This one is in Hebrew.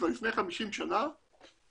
כבר לפני 50 שנה בעולם,